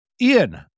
Ian